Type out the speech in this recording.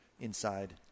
inside